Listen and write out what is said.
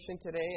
today